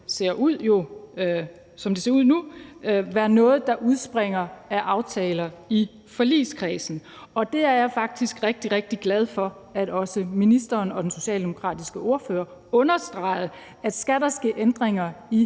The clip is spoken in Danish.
må det, som det ser ud nu, være noget, der udspringer af aftaler i forligskredsen. Og jeg er faktisk rigtig, rigtig glad for, at også ministeren og den socialdemokratiske ordfører understregede, at skal der ske ændringer i